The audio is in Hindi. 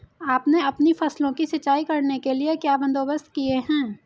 आपने अपनी फसलों की सिंचाई करने के लिए क्या बंदोबस्त किए है